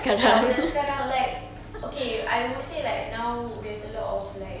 ya budak budak sekarang like okay I would say like now there's a lot of like